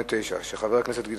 חבר הכנסת זאב